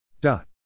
Dot